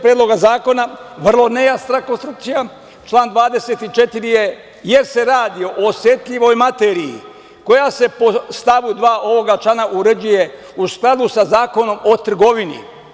Predloga zakona, vrlo nejasna konstrukcija člana 24. jer se radi o osetljivoj materija koja se po stavu 2. ovog člana uređuje u skladu sa Zakonom o trgovini.